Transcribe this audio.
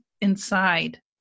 inside